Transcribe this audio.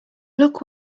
look